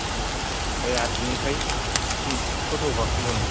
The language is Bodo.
बे आरो बेनिफ्राय टट' गाखोबावनांगौ